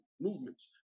movements